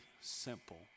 simple